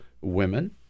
women